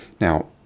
Now